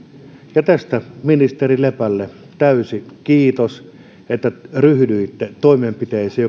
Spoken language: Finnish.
ja tästä ministeri lepälle täysi kiitos että ryhdyitte toimenpiteisiin